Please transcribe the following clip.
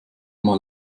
mal